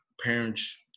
parents